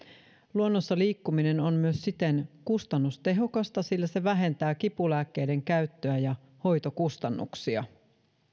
luonnossa liikkuminen on siten myös kustannustehokasta sillä se vähentää kipulääkkeiden käyttöä ja hoitokustannuksia